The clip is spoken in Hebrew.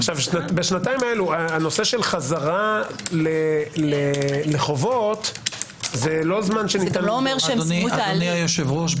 בשנתיים האלה הנושא של חזרה לחובות- -- אדוני היושב-ראש,